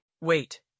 Wait